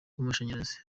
w’amashanyarazi